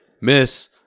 miss